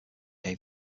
gave